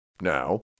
Now